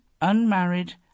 unmarried